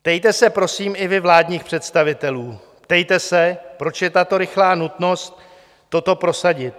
Ptejte se, prosím, i vy vládních představitelů, ptejte se, proč je tato rychlá nutnost toto prosadit.